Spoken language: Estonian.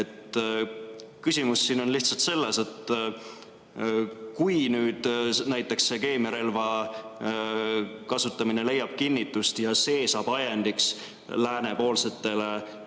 Küsimus on lihtsalt selles, et kui nüüd näiteks keemiarelva kasutamine leiab kinnitust ja see saab ajendiks läänepoolsele